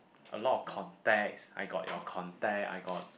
a lot of contacts I got your contact I got